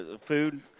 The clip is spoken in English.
food